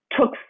took